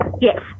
Yes